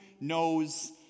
knows